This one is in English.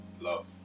Love